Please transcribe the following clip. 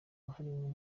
wahariwe